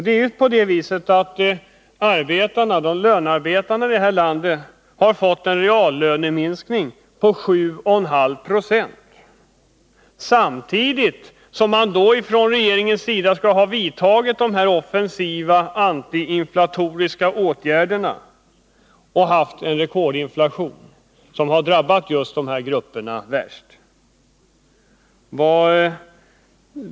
De lönearbetande här i landet har fått en reallöneminskning på 7,5 Zo, samtidigt som regeringen skall ha vidtagit dessa offensiva, antiinflatoriska åtgärder och samtidigt som vi haft en rekordinflation, som drabbat just de lönearbetande värst!